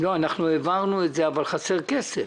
אנחנו העברנו את זה אבל חסר כסף.